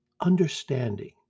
Understanding